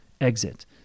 exit